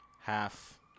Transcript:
half